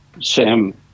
Sam